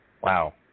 wow